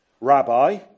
Rabbi